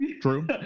True